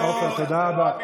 עופר, עופר, תודה רבה.